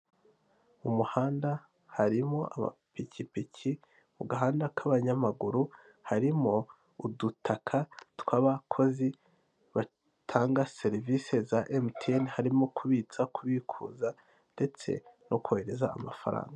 Mu muhanda harimo amapikipiki mu gahanda k'abanyamaguru harimo udutaka tw'abakozi batanga serivisi za emutiyene, harimo kubitsa kubikuza ndetse no kohereza amafaranga.